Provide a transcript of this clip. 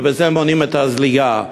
ובזה מונעים את הזליגה.